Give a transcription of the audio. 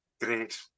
Great